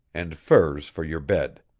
and furs for your bed.